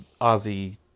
Ozzy